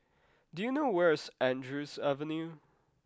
do you know where is Andrews Avenue